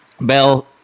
bell